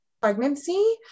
pregnancy